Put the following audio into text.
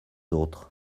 autres